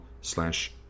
slash